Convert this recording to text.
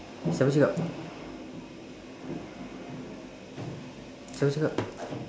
siapa cakap siapa cakap